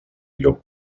llop